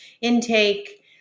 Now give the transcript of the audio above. intake